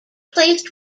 placed